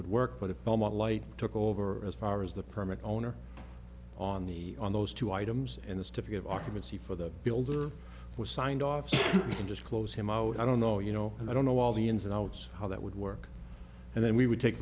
would work but if belmont light took over as far as the permit owner on the on those two items and it's to forgive occupancy for the builder was signed off and just close him out i don't know you know and i don't know all the ins and outs how that would work and then we would take